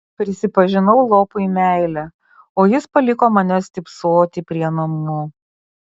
prisipažinau lopui meilę o jis paliko mane stypsoti prie namų